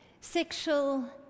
sexual